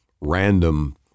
random –